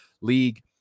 league